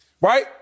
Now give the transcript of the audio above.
right